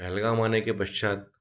पहलगाम आने के पश्चात